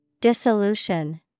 Dissolution